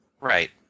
Right